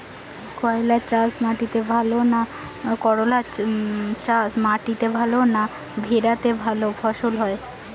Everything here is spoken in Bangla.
করলা চাষ মাটিতে ভালো না ভেরাতে ভালো ফলন হয়?